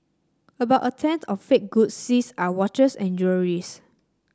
about a tenth of fake goods seized are watches and jewellery's